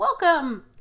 Welcome